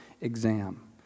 exam